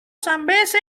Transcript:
zambeze